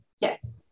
yes